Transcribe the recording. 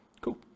Cool